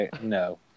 No